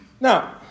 Now